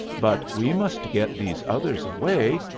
but we must get these others away,